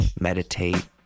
meditate